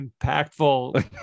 impactful